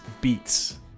Beats